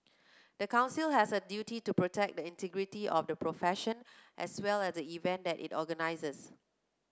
the Council has a duty to protect the integrity of the profession as well as the event that it organises